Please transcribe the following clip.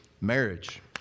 Marriage